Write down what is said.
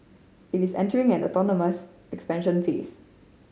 it is entering an autonomous expansion phase